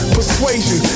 Persuasion